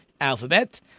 alphabet